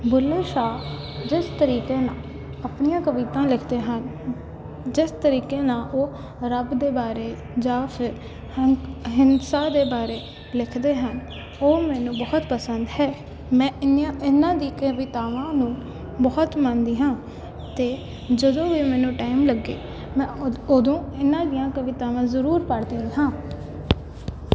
ਬੁੱਲ੍ਹੇ ਸ਼ਾਹ ਜਿਸ ਤਰੀਕੇ ਨਾਲ ਆਪਣੀਆਂ ਕਵਿਤਾ ਲਿਖਦੇ ਹਨ ਜਿਸ ਤਰੀਕੇ ਨਾਲ ਉਹ ਰੱਬ ਦੇ ਬਾਰੇ ਜਾਂ ਫਿਰ ਹੀ ਹਿੰਸਾ ਦੇ ਬਾਰੇ ਲਿਖਦੇ ਹਨ ਉਹ ਮੈਨੂੰ ਬਹੁਤ ਪਸੰਦ ਹੈ ਮੈਂ ਇੰਨੀਆਂ ਇਹਨਾਂ ਦੀ ਕਵਿਤਾਵਾਂ ਨੂੰ ਬਹੁਤ ਮੰਨਦੀ ਹਾਂ ਅਤੇ ਜਦੋਂ ਵੀ ਮੈਨੂੰ ਟਾਈਮ ਲੱਗੇ ਮੈਂ ਉਦੋਂ ਇਹਨਾਂ ਦੀਆਂ ਕਵਿਤਾਵਾਂ ਜ਼ਰੂਰ ਪੜ੍ਹਦੀ ਹਾਂ